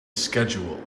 schedule